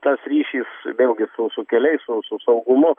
tas ryšys vėlgi su su keliais su su saugumu